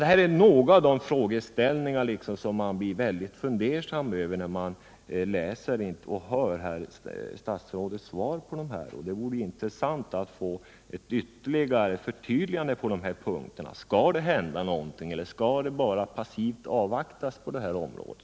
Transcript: Detta är några av de frågeställningar som gör att man blir fundersam när man läser och hör herr statsrådets svar. Det vore därför intressant att få ytterligare ett förtydligande på de här punkterna. Skall det göras någonting, eller skall man bara passivt avvakta utvecklingen på området?